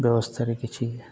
ବ୍ୟବସ୍ଥାରେ କିଛି